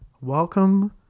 Welcome